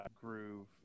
groove